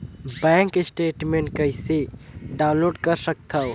Bank statement कइसे download कर सकथव?